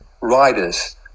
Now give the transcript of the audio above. riders